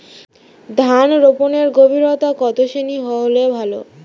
ধান রোপনের গভীরতা কত সেমি হলে ভালো?